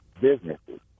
businesses